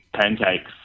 pancakes